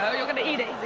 going to eat it.